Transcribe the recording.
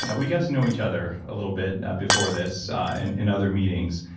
yeah we got to know each other a little bit before this and in other meetings,